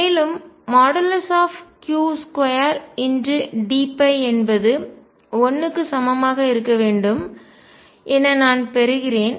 மேலும் Q2dϕ என்பது 1 க்கு சமமாக இருக்க வேண்டும் என நான் பெறுகிறேன்